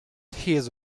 hears